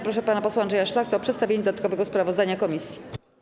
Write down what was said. Proszę pana posła Andrzeja Szlachtę o przedstawienie dodatkowego sprawozdania komisji.